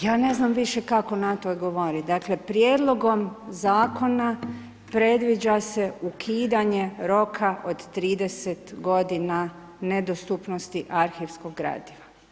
Ja ne znam više kako na to odgovoriti, dakle prijedlogom zakona predviđa se ukidanje roka od 30 godina nedostupnosti arhivskog gradiva.